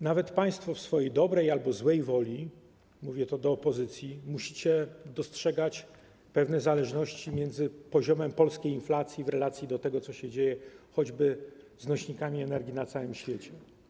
Nawet państwo w swojej dobrej albo złej woli, mówię to do opozycji, musicie dostrzegać pewne zależności między poziomem polskiej inflacji a tym, co się dzieje choćby z nośnikami energii na całym świecie.